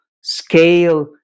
scale